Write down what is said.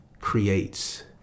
creates